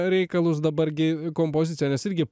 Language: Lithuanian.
reikalus dabar gi kompozicija nes irgi